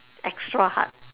extra hard